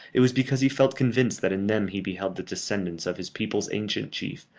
it was because he felt convinced that in them he beheld the descendants of his people's ancient chief,